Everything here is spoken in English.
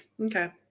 Okay